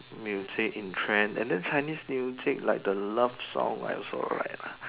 music in trend and then Chinese music like the love song I also like lah